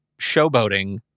showboating